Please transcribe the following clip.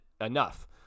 enough